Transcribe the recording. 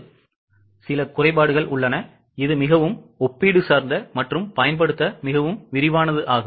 ஒரு சில குறைபாடுகள் உள்ளன இது மிகவும் ஒப்பீடு சார்ந்த மற்றும் பயன்படுத்த மிகவும் விரிவானது